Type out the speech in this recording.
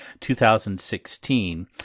2016